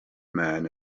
man